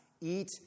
eat